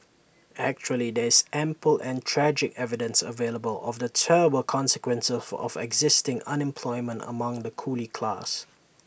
actually there is ample and tragic evidence available of the terrible consequences of existing unemployment among the coolie class